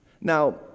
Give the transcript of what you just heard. Now